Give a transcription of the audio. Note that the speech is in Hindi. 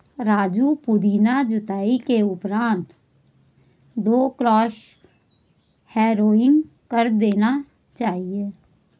राजू पुदीना जुताई के उपरांत दो क्रॉस हैरोइंग कर देना चाहिए